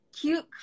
cute